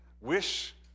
wish